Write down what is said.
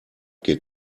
geht